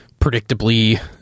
predictably